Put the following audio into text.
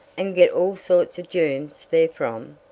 and get all sorts of germs therefrom,